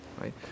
right